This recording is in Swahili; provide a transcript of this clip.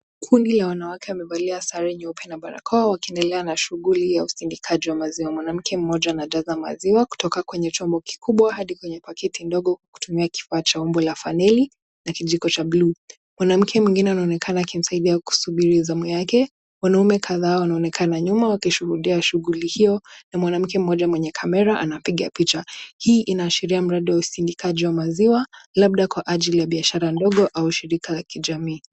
Kundi la wanawake wamevalia sari nyeupe na barakoa wakiendelea na shughuli ya usindikaji wa maziwa. Mwanamke mmoja anadada maziwa kutoka kwenye chombo kikubwa hadi kwenye paketi ndogo kwa kutumia kifaa cha umbo la faneli na kijiko cha blue. Mwanamke mwingine anaonekana akimsaidia kusubiri zamu yake. Wanaume kadhaa wanaonekana nyuma wakishuhudia shughuli hiyo na mwanamke mmoja mwenye kamera anapiga picha. Hii inaashiria mradi wa usindikaji wa maziwa, labda kwa ajili ya biashara ndogo au shirika la kijamii.